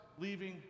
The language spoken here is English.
leaving